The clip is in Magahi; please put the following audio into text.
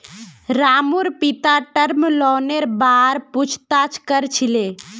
रामूर पिता टर्म लोनेर बार पूछताछ कर छिले